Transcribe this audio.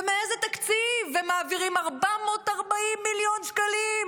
ומאיזה תקציב הם מעבירים 440 מיליון שקלים?